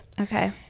okay